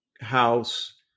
house